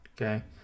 okay